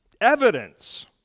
evidence